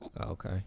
Okay